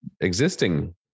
existing